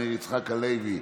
מאיר יצחק הלוי,